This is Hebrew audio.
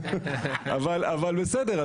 אבל בסדר,